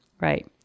Right